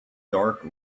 dark